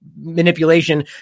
manipulation